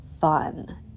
fun